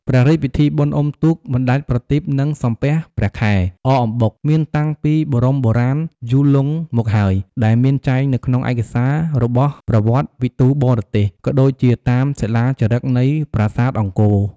ព្រះរាជពិធីបុណ្យអ៊ំុទូក បណ្តែតប្រទីប និងសំពះព្រះខែ អកអំបុក មានតាំងពីបូរមបុរាណ យូរលង់មកហើយ ដែលមានចែងនៅក្នុងឯកសារ របស់ប្រវត្តិវិទូបរទេស ក៏ដូចជាតាមសិលាចារឹក នៃប្រាសាទអង្គរ។